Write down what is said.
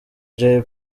jay